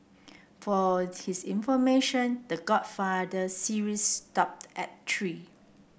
for his information The Godfather series stopped at three